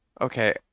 Okay